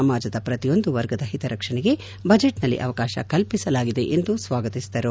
ಸಮಾಜದ ಪ್ರತಿಯೊಂದು ವರ್ಗದ ಹಿತರಕ್ಷಣೆಗೆ ಬಜೆಚ್ನಲ್ಲಿ ಅವಕಾಶ ಕಲ್ಪಿಸಲಾಗಿದೆ ಎಂದು ಸ್ವಾಗತಿಸಿದರು